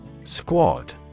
Squad